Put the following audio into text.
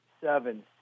seven